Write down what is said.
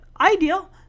Ideal